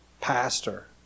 pastor